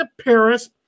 Paris